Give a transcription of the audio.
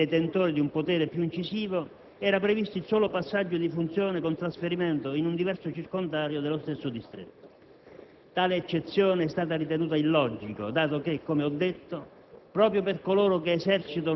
«*peones*» dovevano cambiare distretto, mentre per i direttivi, i detentori di un potere più incisivo, era previsto il solo passaggio di funzione con trasferimento in un diverso circondario dello stesso distretto.